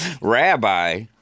Rabbi